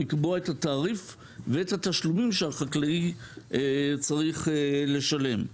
את התעריף ואת התשלומים שהחקלאי צריך לשלם.